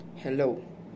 hello